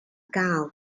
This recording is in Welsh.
gael